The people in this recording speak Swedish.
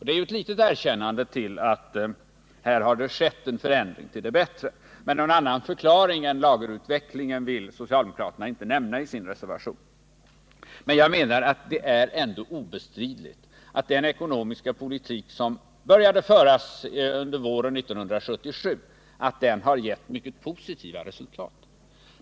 Det är ju ett litet erkännande av att här skett en förändring till det bättre, men någon annan förklaring än lagerutvecklingen vill socialdemokraterna inte nämna i sin reservation. Men enligt min mening är det ändå obestridligt att den ekonomiska politik som började föras under våren 1977 givit mycket positiva resultat.